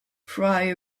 fry